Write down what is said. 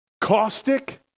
caustic